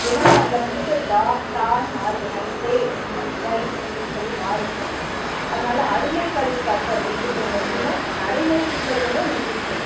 ஏன்னால் அதில் வந்துட்டு டா ட ன்னு மாறுது நைட்ரேட் நைட்ரைட் அப்படின்னு சொல்லி மாறுது அதனால அறிவியல் கல்வி கற்பதில் இது போன்ற சில நடைமுறை சிக்கல்களும் உ இருக்குது